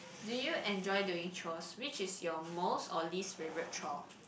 do you enjoy doing chores which is your most or least favourite chore